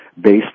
based